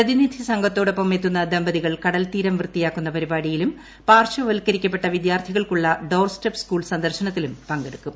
പ്രതിനിധി സംഘത്തോടൊപ്പം എത്തുന്ന ദമ്പതികൾ വൃത്തിയാക്കുന്ന തീരം പരിപാടിയിലും കടൽ പാർശ്വവൽക്കരിക്കപ്പെട്ട വിദ്യാർത്ഥികൾക്കുള്ള ഡോർസ്റ്റെപ് സ്കൂൾ സന്ദർശനത്തിലും പങ്കെടുക്കും